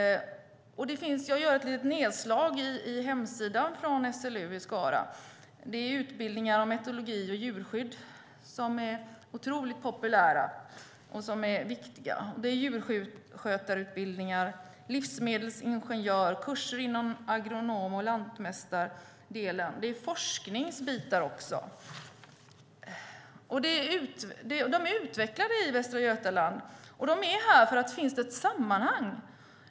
Jag gör ett litet nedslag på hemsidan från SLU i Skara: Det är utbildningar om etologi och djurskydd som är otroligt populära och viktiga. Det är djurskötarutbildningar, utbildning till livsmedelsingenjör och kurser inom agronom och lantmästaredelen. Det är också forskningsbitar. De är alltså utvecklade i Västra Götaland, och de är där för att det finns ett sammanhang.